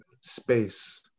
space